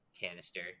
canister